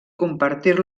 compartir